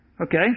Okay